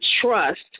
trust